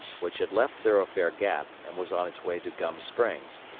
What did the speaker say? which had left thoroughfare gap, and was on its way to gum springs.